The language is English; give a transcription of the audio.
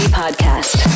podcast